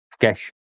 cash